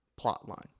plotline